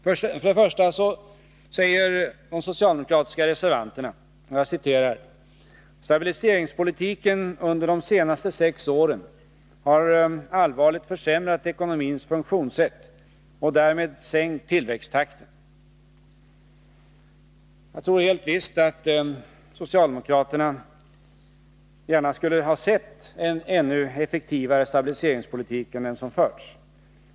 För det första säger de socialdemokratiska reservanterna: ”Stabiliseringspolitiken under de senaste sex åren har allvarligt försämrat ekonomins funktionssätt och därmed sänkt tillväxttakten.” Jag tror helt visst att socialdemokraterna gärna skulle ha sett en ännu effektivare stabiliseringspolitik än den som förts.